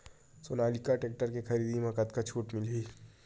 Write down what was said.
Sonalika tractor के खरीदी मा कतका छूट मीलही?